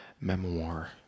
Memoir